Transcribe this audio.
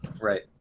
Right